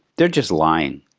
they're just lying.